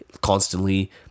constantly